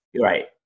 right